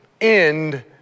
end